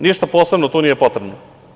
Ništa posebno tu nije potrebno.